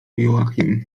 joachim